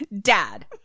Dad